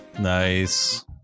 Nice